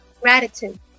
gratitude